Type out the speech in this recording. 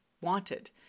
wanted